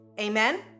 Amen